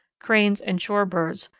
cranes, and shore birds,